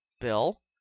Bill